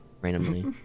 randomly